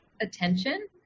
Attention